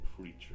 creature